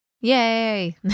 Yay